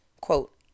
quote